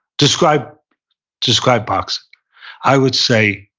describe describe boxing. i would say,